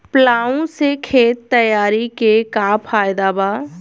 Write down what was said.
Plough से खेत तैयारी के का फायदा बा?